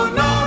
no